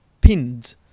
pinned